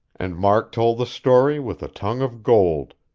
and mark told the story with a tongue of gold,